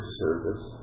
service